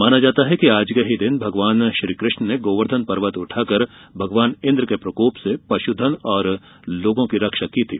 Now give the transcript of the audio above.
माना जाता है कि आज के ही दिन भगवान कृष्ण ने गोवर्धन पर्वत उठाकर भगवान इन्द्र के प्रकोप से पश्धन और लोगों की रक्षा की थी